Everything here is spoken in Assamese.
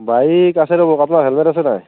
বাইক আছে ৰ'ব আপোনাৰ হেলমেট আছে নাই